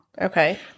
okay